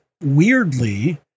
weirdly